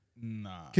nah